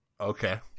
Okay